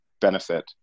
benefit